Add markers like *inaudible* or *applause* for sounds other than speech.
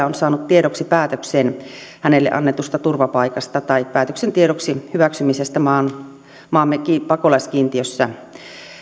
*unintelligible* on saanut tiedoksi päätöksen hänelle annetusta turvapaikasta tai päätöksen tiedoksi hyväksymisestä maamme pakolaiskiintiössä